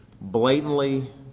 blatantly